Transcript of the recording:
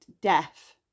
death